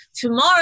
tomorrow